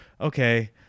Okay